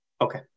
Okay